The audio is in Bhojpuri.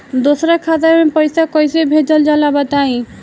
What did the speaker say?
दोसरा खाता में पईसा कइसे भेजल जाला बताई?